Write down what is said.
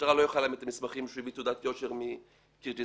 המשטרה לא יכולה לאמת את המסמכים שהוא הביא כמו תעודת יושר מחוץ לארץ.